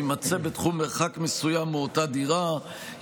להימצא בתחום מרחק מסוים מאותה דירה,